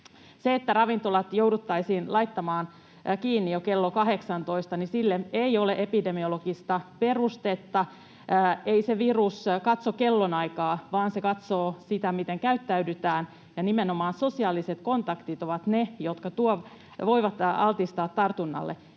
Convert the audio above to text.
Sille, että ravintolat jouduttaisiin laittamaan kiinni jo kello 18, ei ole epidemiologista perustetta. Ei se virus katso kellonaikaa, vaan se katsoo sitä, miten käyttäydytään, ja nimenomaan sosiaaliset kontaktit ovat ne, jotka voivat altistaa tartunnalle.